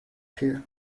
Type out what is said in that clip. here